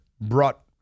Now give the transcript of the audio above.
brought